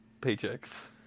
paychecks